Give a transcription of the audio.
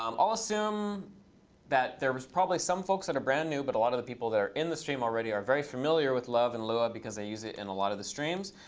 um i'll assume that there was probably some folks that are brand new. but a lot of the people that are in the stream already are very familiar with love and lua because they use it in a lot of the streams.